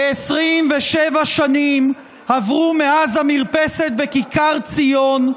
27 שנים עברו מאז המרפסת בכיכר ציון,